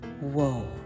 Whoa